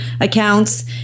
accounts